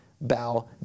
bow